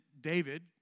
David